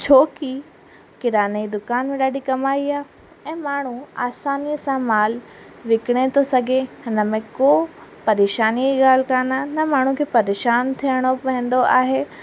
छो कि किराने जी दुकान में ॾाढी कमाई आहे ऐं माण्हू आसानीअ सां माल विकिणे थो सघे हिन में को परेशानीअ जी ॻाल्हि काने न माण्हूअ खे परेशान थियणो पवंदो आहे